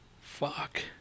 Fuck